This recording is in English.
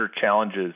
challenges